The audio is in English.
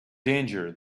danger